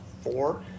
four